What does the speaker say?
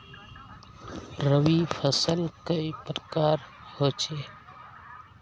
रवि फसल कई प्रकार होचे?